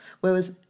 Whereas